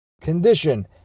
condition